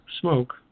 smoke